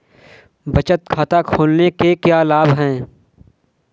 बचत खाता खोलने के क्या लाभ हैं?